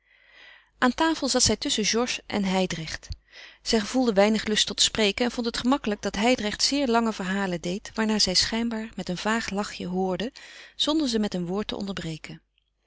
aan tafel zat zij tusschen georges en hijdrecht zij gevoelde weinig lust tot spreken en vond het gemakkelijk dat hijdrecht zeer lange verhalen deed waarnaar zij schijnbaar met een vaag lachje hoorde zonder ze met een woord te onderbreken